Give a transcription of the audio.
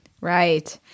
Right